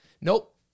nope